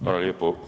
Hvala lijepo.